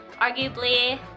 arguably